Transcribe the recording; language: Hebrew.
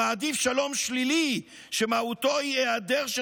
המעדיף שלום שלילי שמהותו היא היעדר של